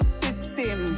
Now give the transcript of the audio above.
system